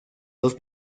dos